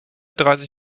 dreißig